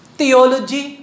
theology